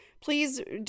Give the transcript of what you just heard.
please